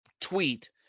tweet